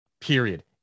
Period